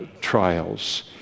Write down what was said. trials